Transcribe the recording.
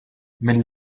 mill